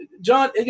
John